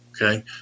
Okay